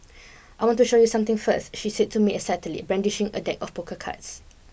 I want to show you something first she said to me excitedly brandishing a deck of poker cards